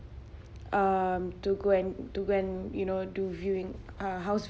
um to go and to go and you know do viewing uh house